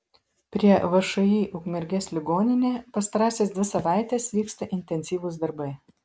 prie všį ukmergės ligoninė pastarąsias dvi savaites vyksta intensyvūs darbai